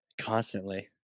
constantly